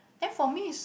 then for me it's